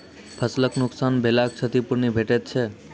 फसलक नुकसान भेलाक क्षतिपूर्ति भेटैत छै?